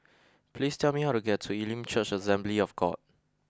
please tell me how to get to Elim Church Assembly of God